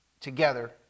Together